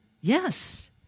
Yes